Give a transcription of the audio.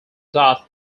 dot